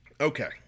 okay